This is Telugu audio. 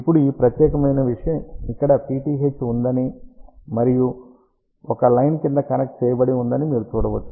ఇప్పుడు ఈ ప్రత్యేకమైన విషయం ఇక్కడ PTH ఉందని మరియు ఒక లైన్ కింద కనెక్ట్ చేయబడిందని మీరు చూడవచ్చు